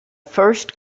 first